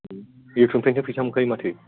इउटुबनिफ्राय फैसा मोनखायो माथो